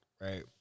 right